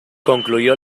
concluyó